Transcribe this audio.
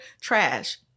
trash